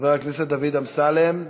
חבר הכנסת דוד אמסלם,